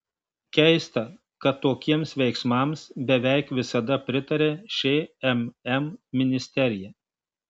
keista kad tokiems veiksmams beveik visada pritaria šmm ministerija